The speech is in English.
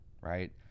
right